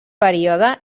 període